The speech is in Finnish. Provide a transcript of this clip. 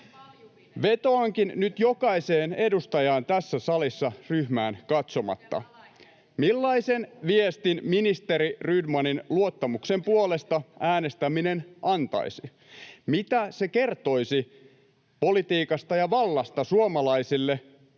Vetoankin nyt jokaiseen edustajaan tässä salissa ryhmään katsomatta. [Jenna Simula: Oliko siellä alaikäisiä?] Millaisen viestin ministeri Rydmanin luottamuksen puolesta äänestäminen antaisi? Mitä se kertoisi politiikasta ja vallasta suomalaisille